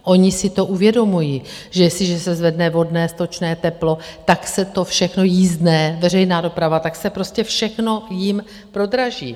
Oni si to uvědomují, že jestliže se zvedne vodné, stočné, teplo, tak se to všechno, jízdné, veřejná doprava, tak se prostě všechno jim prodraží.